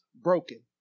broken